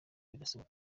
birasaba